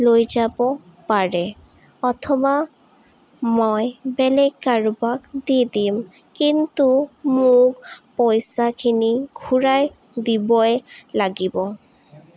লৈ যাব পাৰে অথবা মই বেলেগ কাৰোবাক দি দিম কিন্তু মোক পইচাখিনি ঘূৰাই দিবই লাগিব